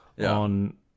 on